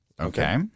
Okay